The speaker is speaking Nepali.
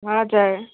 हजुर